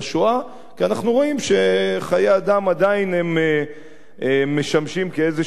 כי אנחנו רואים שחיי אדם עדיין משמשים כאיזה מצרך